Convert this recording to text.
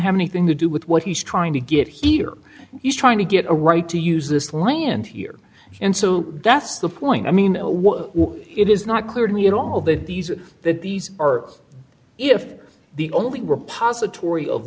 have anything to do with what he's trying to get here he's trying to get a right to use this land here and so that's the point i mean what it is not clear to me at all that these that these are if the only repositor